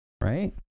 right